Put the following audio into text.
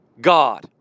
God